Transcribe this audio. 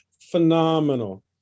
phenomenal